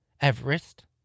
Everest